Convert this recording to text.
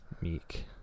Meek